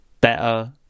better